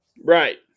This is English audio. Right